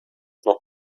noch